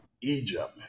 Egypt